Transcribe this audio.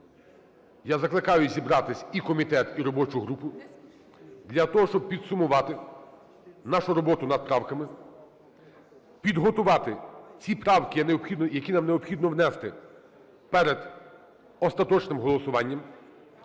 я закликаю зібратись і комітет, і робочу групу для того, щоб підсумувати нашу роботу над правками, підготувати ці правки, які нам необхідно внести перед остаточним голосуванням.